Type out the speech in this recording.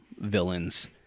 villains